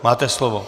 Máte slovo.